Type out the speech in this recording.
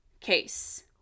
case